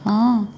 ହଁ